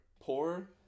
poor